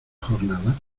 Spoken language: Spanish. jornada